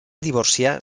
divorciar